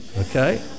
okay